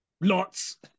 lots